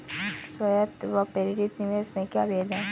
स्वायत्त व प्रेरित निवेश में क्या भेद है?